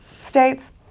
states